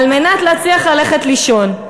על מנת להצליח לישון.